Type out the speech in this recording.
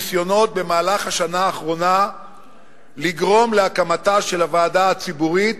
ניסיונות במהלך השנה האחרונה לגרום להקמתה של הוועדה הציבורית,